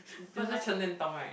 it's the Chen-Nen-Tong right